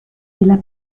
della